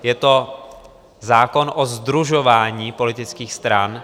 Je to zákon o sdružování politických stran.